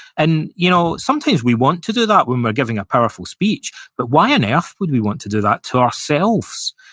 and you know sometimes we want to do that, when we're giving a powerful speech, but why on earth would we want to do that to ourselves?